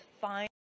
fine